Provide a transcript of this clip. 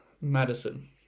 Madison